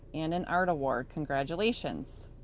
and an art award. congratulations.